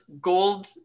gold